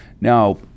Now